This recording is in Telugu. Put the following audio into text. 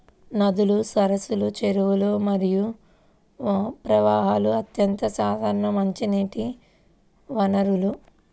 నదులు, సరస్సులు, చెరువులు మరియు ప్రవాహాలు అత్యంత సాధారణ మంచినీటి వనరులు